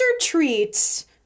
treats